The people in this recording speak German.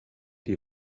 die